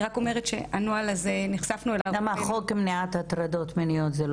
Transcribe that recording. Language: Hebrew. אני רק אומרת שנחשפנו לנוהל הזה --- החוק